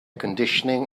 conditioning